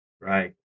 Right